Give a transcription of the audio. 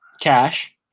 cash